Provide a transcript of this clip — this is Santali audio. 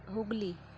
ᱦᱩᱜᱽᱞᱤ